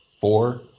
four